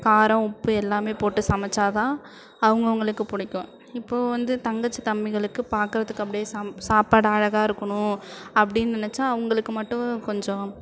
காரம் உப்பு எல்லாமே போட்டு சமைச்சா தான் அவுங்கவங்களுக்கு பிடிக்கும் இப்போது வந்து தங்கச்சி தம்பிகளுக்கு பார்க்கறத்துக்கு அப்படியே சம் சாப்பாடு அழகாக இருக்கணும் அப்படின்னு நினச்சா அவங்களுக்கு மட்டும் கொஞ்சம்